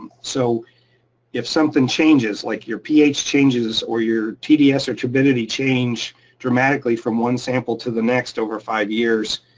so if something changes, like your ph changes or your tds or turbidity change dramatically from one sample to the next over five years,